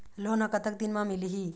Loan ह कतक दिन मा मिलही?